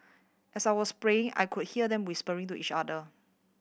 as I was praying I could hear them whispering to each other